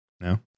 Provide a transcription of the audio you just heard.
no